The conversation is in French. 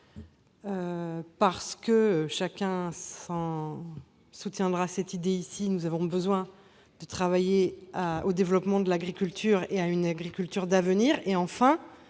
parce que- chacun soutiendra cette idée ici -nous avons besoin de travailler au développement de l'agriculture et d'une agriculture d'avenir,